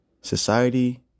Society